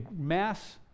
mass